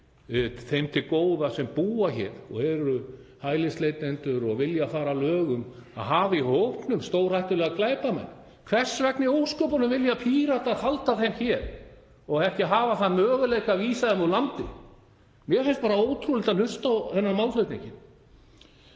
þeim til góða sem búa hér og eru hælisleitendur og vilja fara að lögum að hafa í hópnum stórhættulega glæpamenn. Hvers vegna í ósköpunum vilja Píratar halda þeim hér og ekki hafa þann möguleika að vísa þeim úr landi? Mér finnst ótrúlegt að hlusta á þennan málflutning.